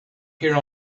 here